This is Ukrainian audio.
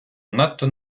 надто